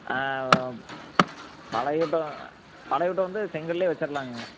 பழைய வீட்ட பழைய வீட்ட வந்து செங்கல்லே வச்சிரலாங்க